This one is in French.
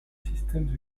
systèmes